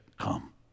come